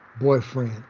boyfriend